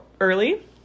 early